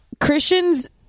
Christians